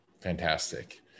Fantastic